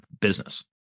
business